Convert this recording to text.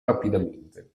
rapidamente